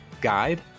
guide